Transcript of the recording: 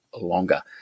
longer